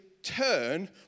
turn